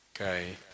okay